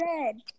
red